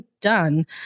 done